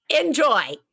enjoy